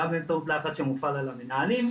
גם באמצעות לחץ שמופעל על המנהלים,